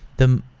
the